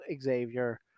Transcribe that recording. Xavier